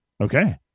okay